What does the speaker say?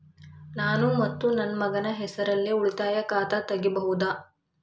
ನಾನು ಮತ್ತು ನನ್ನ ಮಗನ ಹೆಸರಲ್ಲೇ ಉಳಿತಾಯ ಖಾತ ತೆಗಿಬಹುದ?